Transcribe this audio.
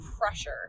pressure